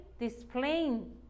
displaying